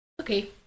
Okay